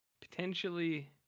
Potentially